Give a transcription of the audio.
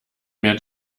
mehr